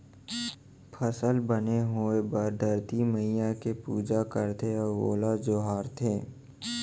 फसल बने होए बर धरती मईया के पूजा करथे अउ ओला जोहारथे